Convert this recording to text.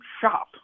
shop